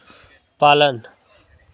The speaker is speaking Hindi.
पालन